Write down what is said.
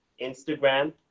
Instagram